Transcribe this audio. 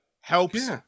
helps